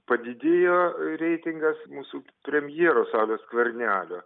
padidėjo reitingas mūsų premjero sauliaus skvernelio